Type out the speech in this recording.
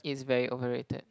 it's very overrated